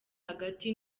hagati